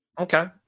Okay